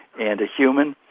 and a human?